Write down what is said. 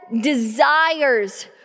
desires